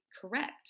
correct